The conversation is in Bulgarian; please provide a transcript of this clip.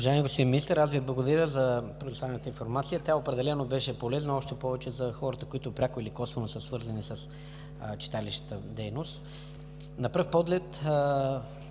(ПФ): Уважаеми господин Министър, аз Ви благодаря за предоставената информация, тя определено беше полезна, още повече за хората, които пряко или косвено са свързани с читалищната дейност. На пръв поглед